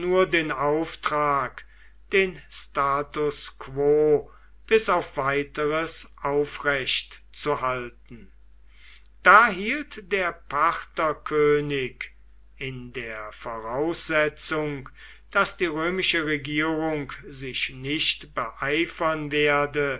den auftrag den status quo bis auf weiteres aufrecht zu halten da hielt der partherkönig in der voraussetzung daß die römische regierung sich nicht beeifern werde